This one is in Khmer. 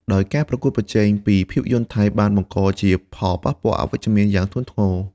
ដោយការប្រកួតប្រជែងពីភាពយន្តថៃបានបង្កជាផលប៉ះពាល់អវិជ្ជមានយ៉ាងធ្ងន់ធ្ងរ។